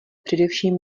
především